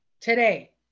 today